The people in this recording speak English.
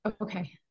okay